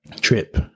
trip